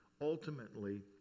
ultimately